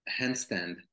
handstand